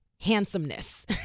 handsomeness